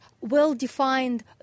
well-defined